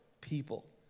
people